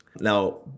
Now